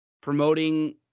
promoting